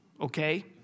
okay